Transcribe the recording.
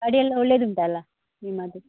ಗಾಡಿಯೆಲ್ಲ ಒಳ್ಳೆಯದುಂಟಲ್ಲ ನಿಮ್ಮದು